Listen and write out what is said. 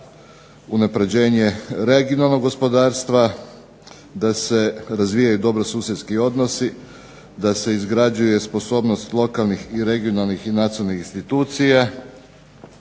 unapređenje regionalnog gospodarstva, da se razvijaju dobrosusjedski odnosi, da se izgrađuje sposobnost lokalnih i regionalnih i nacionalnih institucija